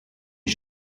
die